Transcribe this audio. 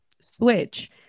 switch